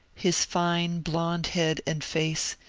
his fine blond head and face,